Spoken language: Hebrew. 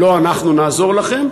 לא אנחנו נעזור לכם.